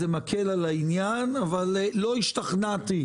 זה מקל על העניין אבל לא השתכנעתי.